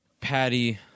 Patty